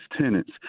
tenants